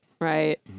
Right